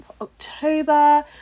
october